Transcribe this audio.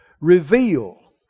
reveal